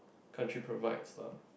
country provides lah